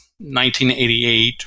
1988